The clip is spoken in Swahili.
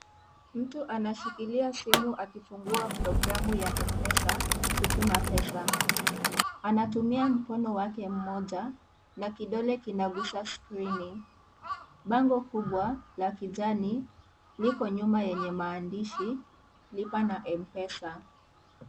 Mtu anashikilia simu akifungua programu ya Mpesa, kutuma pesa. Anatumia mkono wake mmoja na kidole kinagusa skrini. Bango kubwa, la kijani, lipo nyuma yenye maandishi, lipa na Mpesa.